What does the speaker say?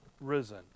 risen